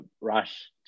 rush